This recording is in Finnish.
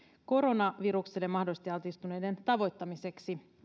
koronavirukselle mahdollisesti altistuneiden tavoittamiseksi